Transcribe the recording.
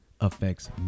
affects